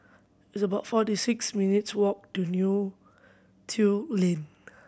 it's about forty six minutes' walk to Neo Tiew Lane